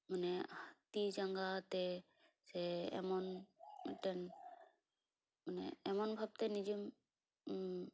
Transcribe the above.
ᱢᱟᱱᱮ ᱛᱤ ᱡᱟᱸᱜᱟ ᱛᱮ ᱥᱮ ᱮᱢᱚᱱ ᱢᱤᱫᱴᱮᱱ ᱢᱟᱱᱮ ᱮᱢᱚᱱ ᱵᱷᱟᱵ ᱛᱮ ᱱᱤᱡᱮᱢ